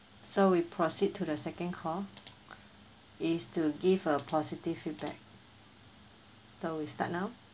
so we proceed to the second call is to give a positive feedback so we start now